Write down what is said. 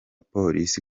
polisi